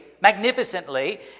magnificently